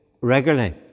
regularly